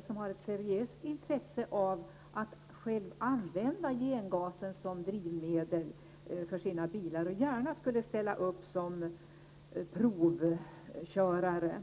som har ett seriöst intresse av att själva använda gengasen som drivmedel för sina bilar och gärna skulle ställa upp och provköra.